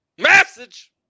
Message